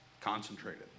concentrated